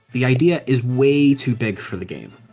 the idea is way too big for the game.